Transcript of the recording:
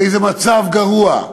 באיזה מצב גרוע,